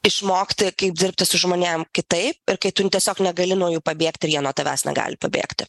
išmokti kaip dirbti su žmonėm kitaip ir kai tu tiesiog negali nuo jų pabėgti ir jie nuo tavęs negali pabėgti